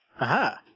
Aha